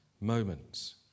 moments